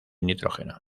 nitrógeno